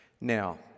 now